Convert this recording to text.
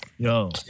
Yo